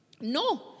No